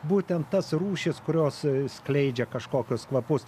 būtent tas rūšis kurios skleidžia kažkokius kvapus